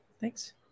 thanks